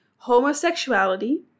homosexuality